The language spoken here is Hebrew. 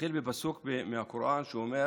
אתחיל בפסוק מהקוראן: (אומר